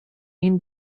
این